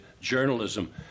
Journalism